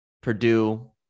Purdue